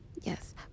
yes